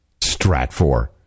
Stratfor